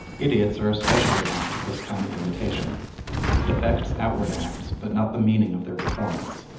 idiots are especially apt at this kind of imitation it affects outward acts but not the meaning of their performance.